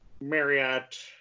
Marriott